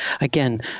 again